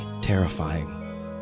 terrifying